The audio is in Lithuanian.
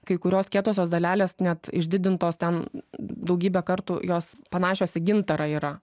kai kurios kietosios dalelės net išdidintos ten daugybę kartų jos panašios į gintarą yra